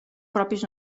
propis